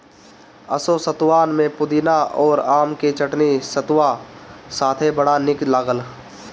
असो सतुआन में पुदीना अउरी आम के चटनी सतुआ साथे बड़ा निक लागल